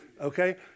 Okay